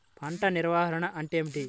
పంట నిర్వాహణ అంటే ఏమిటి?